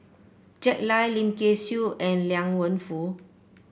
Jack Lai Lim Kay Siu and Liang Wenfu